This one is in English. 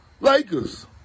Lakers